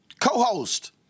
co-host